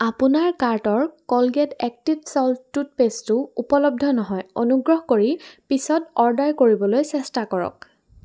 আপোনাৰ কাৰ্টৰ Colgate active salt টুথপেষ্টটো উপলব্ধ নহয় অনুগ্ৰহ কৰি পিছত অৰ্ডাৰ কৰিবলৈ চেষ্টা কৰক